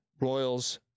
Royals